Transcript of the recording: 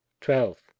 twelve